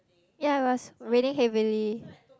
ya it was raining heavily